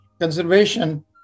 conservation